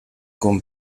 con